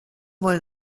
wollen